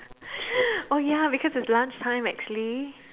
oh ya because it's lunch time actually